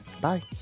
Bye